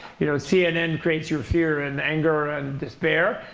you know cnn creates your fear and anger and despair.